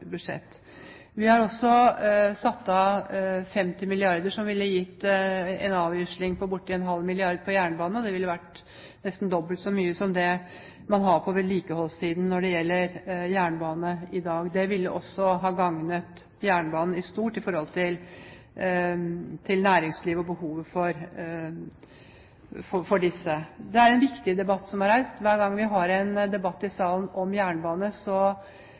Vi har også satt av 50 mrd. kr, som ville gitt en avrisling på bortimot ½ mrd. kr på jernbane, og det ville vært nesten dobbelt så mye som det man har på vedlikeholdssiden til jernbane i dag. Det ville også ha gagnet jernbanen stort i forhold til næringslivet og behovet der. Det er en viktig debatt som er reist. Hver gang vi har en debatt i salen om jernbane,